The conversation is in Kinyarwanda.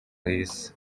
riza